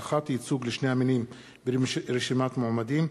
הבטחת ייצוג לשני המינים ברשימת מועמדים),